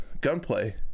gunplay